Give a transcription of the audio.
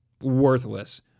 worthless